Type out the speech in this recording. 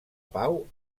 pau